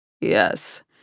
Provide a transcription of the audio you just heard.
Yes